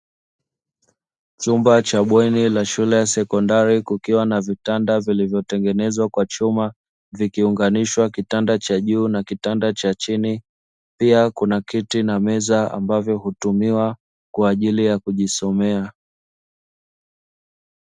Chumba cha bweni na shule ya sekondari kukiwa na vitanda vilivyotengenezwa kwa chuma vikiunganishwa kitanda cha juu na kitanda cha chini pia kuna kiti na meza ambavyo hutumiwa kwa ajili ya kujisomea.